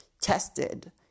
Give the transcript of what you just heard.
tested